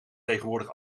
tegenwoordig